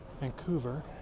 Vancouver